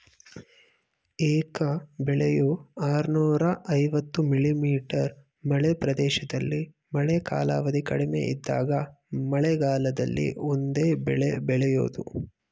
ಏಕ ಬೆಳೆಯು ಆರ್ನೂರ ಐವತ್ತು ಮಿ.ಮೀ ಮಳೆ ಪ್ರದೇಶದಲ್ಲಿ ಮಳೆ ಕಾಲಾವಧಿ ಕಡಿಮೆ ಇದ್ದಾಗ ಮಳೆಗಾಲದಲ್ಲಿ ಒಂದೇ ಬೆಳೆ ಬೆಳೆಯೋದು